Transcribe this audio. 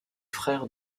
frère